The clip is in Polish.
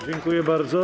Dziękuję bardzo.